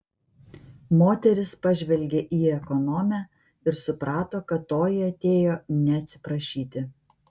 moteris pažvelgė į ekonomę ir suprato kad toji atėjo ne atsiprašyti